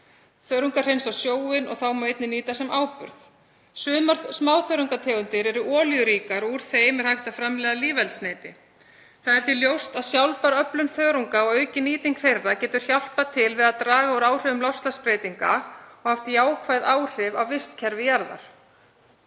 Þörungar hreinsa sjóinn og þá má einnig nýta sem áburð. Sumar smáþörungategundir eru olíuríkar og úr þeim er hægt að framleiða lífeldsneyti. Því er ljóst að sjálfbær öflun þörunga og aukin nýting þeirra getur hjálpað til við að draga úr áhrifum loftslagsbreytinga og haft jákvæð áhrif á vistkerfi jarðar.